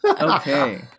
Okay